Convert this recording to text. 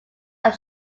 are